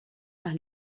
par